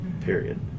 Period